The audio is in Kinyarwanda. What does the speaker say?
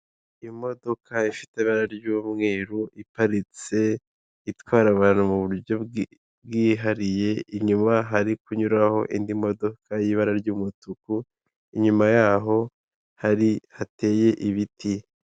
Imodoka ifite ibara ry'umweru, iparitse, itwara abantu mu buryo bwihariye, inyuma hari kunyuraho indi modoka y'ibara ry'umutuku, inyuma yaho hari hateye ibiti.